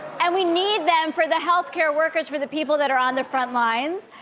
and we need them for the healthcare workers, for the people that are on the front lines.